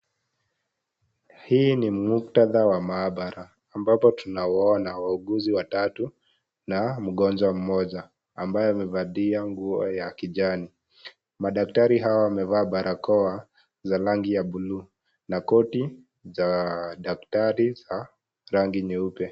Hii ni muktadha wa maabara ambapo tunawaona wauguzi watatu na mgonjwa mmoja ambaye amevalia nguo ya kijani, madaktari hawa wamevaa barakoa za rangi ya buluu na koti za daktari za rangi nyeupe.